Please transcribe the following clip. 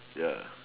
ya